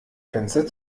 fenster